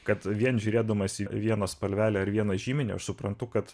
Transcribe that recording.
kad vien žiūrėdamas į vieną spalvelę ir vieną žyminį aš suprantu kad